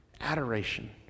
adoration